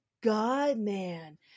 God-man